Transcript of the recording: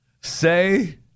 say